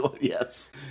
yes